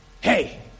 hey